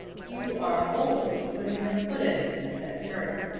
you are always putting your foot in it, said currie.